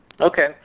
Okay